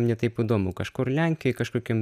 ne taip įdomu kažkur lenkijoj kažkokiam